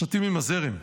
שטים עם הזרם,